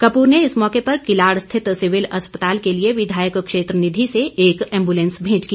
कपूर ने इस मौके पर किलाड़ स्थित सिविल अस्पताल के लिए विधायक क्षेत्र निधि से एक एम्बुलेंस भेंट की